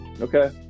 Okay